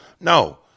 No